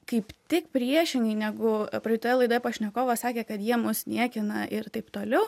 kaip tik priešingai negu praeitoje laidoje pašnekovas sakė kad jie mus niekina ir taip toliau